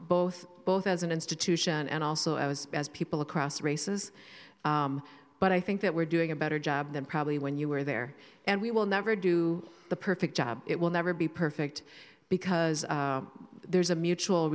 both both as an institution and also as as people across races but i think that we're doing a better job than probably when you were there and we will never do the perfect job it will never be perfect because there's a mutual